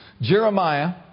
Jeremiah